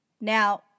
Now